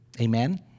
Amen